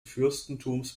fürstentums